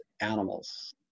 animals